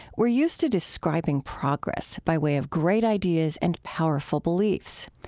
we're used to describing progress by way of great ideas and powerful beliefs.